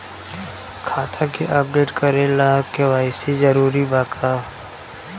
खाता के अपडेट करे ला के.वाइ.सी जरूरी बा का?